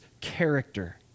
character